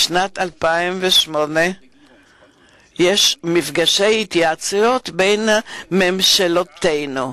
משנת 2008 מתקיימים מפגשי התייעצויות בין ממשלותינו,